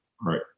Right